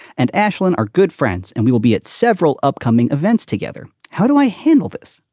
and ashlyn are good friends, and we will be at several upcoming events together. how do i handle this?